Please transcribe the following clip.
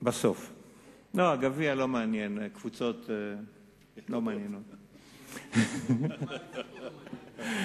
הגביע לא מעניין, קבוצות לא מעניינות, אותי לפחות.